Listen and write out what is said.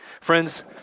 Friends